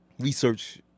research